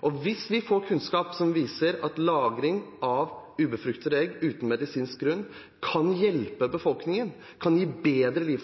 få. Hvis vi får kunnskap som viser at lagring av ubefruktede egg uten medisinsk grunn kan hjelpe befolkningen, kan gi folk et bedre liv,